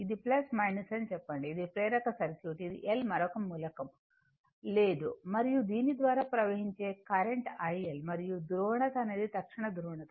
ఇది అని చెప్పండి ఇది ప్రేరక సర్క్యూట్ ఇది L మరొక మూలకం లేదు మరియు దీని ద్వారా ప్రవహించే కరెంట్ iL మరియు ధ్రువణత అనేది తక్షణ ధ్రువణత